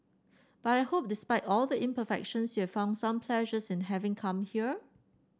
but I hope despite all the imperfections you have found some pleasures in having come here